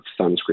sunscreen